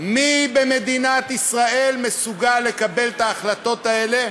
מי במדינת ישראל מסוגל לקבל את ההחלטות האלה,